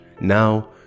Now